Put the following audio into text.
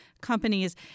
companies